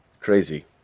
Crazy